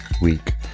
week